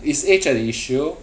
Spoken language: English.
is age an issue